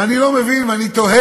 ואני לא מבין, ואני תוהה: